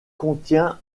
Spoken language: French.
contient